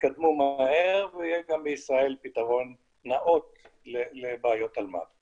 יתקדמו מהר ויהיה גם בישראל פתרון נאות לבעיות אלמ"ב.